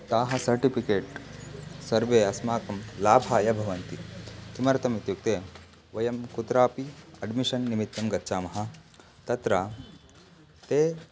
ताः सर्टिपिकेट् सर्वे अस्माकं लाभाय भवन्ति किमर्थम् इत्युक्ते वयं कुत्रापि अड्मिशन् निमित्तं गच्छामः तत्र ते